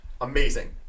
amazing